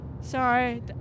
Sorry